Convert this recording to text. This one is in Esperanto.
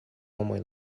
homoj